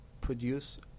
produce